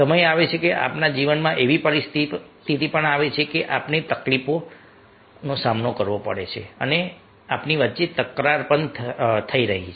સમય આવે છે આપણા જીવનમાં એવી પરિસ્થિતિ આવે છે કે આપણને તકલીફો આવી રહી છે આપણી વચ્ચે તકરાર થઈ રહી છે